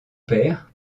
père